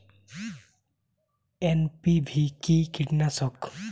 NPV কি কীটনাশক?